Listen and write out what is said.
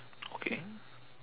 okay